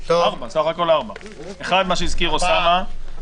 מה שהזכיר אוסמה סעדי,